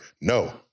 No